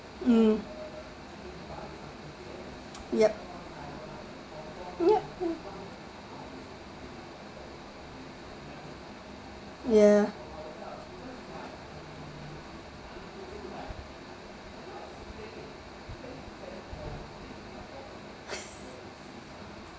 mm yup yup yup ya hm